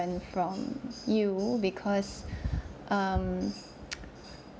from you because um